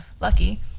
Lucky